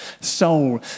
Soul